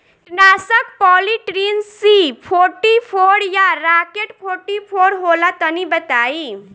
कीटनाशक Polytrin C forty four या Rocket forty four होला तनि बताई?